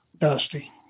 dusty